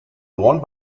dorn